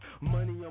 Money